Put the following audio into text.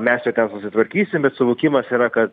mes jau ten susitvarkysim bet suvokimas yra kad